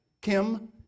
Kim